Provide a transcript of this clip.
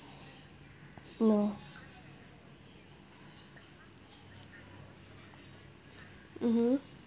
no mmhmm